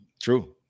True